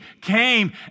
came